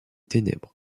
ténèbres